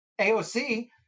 AOC